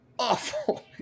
awful